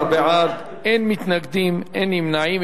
15 בעד, אין מתנגדים, אין נמנעים.